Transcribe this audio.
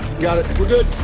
got it. we're good.